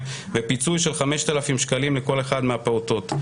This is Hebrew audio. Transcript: ופיצוי של 5,000 שקלים לכל אחד מהפעוטות.